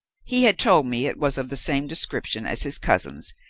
he had told me it was of the same description as his cousin's,